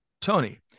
Tony